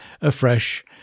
afresh